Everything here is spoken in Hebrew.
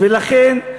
ולכן,